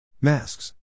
Masks